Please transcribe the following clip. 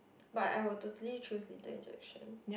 but I would totally choose lethal injection